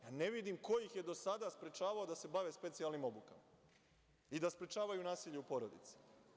Ne vidim ko ih je do sada sprečavao da se bave specijalnim obukama i da sprečavaju nasilje u porodici.